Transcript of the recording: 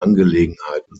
angelegenheiten